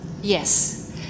Yes